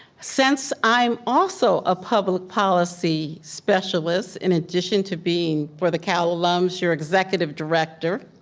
since i'm also a public policy specialist, in addition to being, for the cal alums, your executive director.